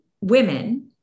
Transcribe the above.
women